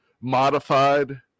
modified